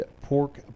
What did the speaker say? pork